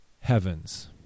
heavens